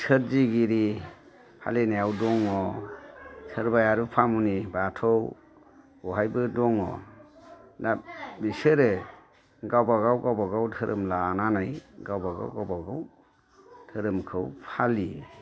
सोरजिगिरि फालिनायाव दङ सोरबाया रुफामुनि बाथौ बेवहायबो दङ दा बिसोरो गावबा गाव गावबा गाव धोरोम लानानै गावबा गाव गावबा गाव धोरोमखौ फालियो